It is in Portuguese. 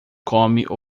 come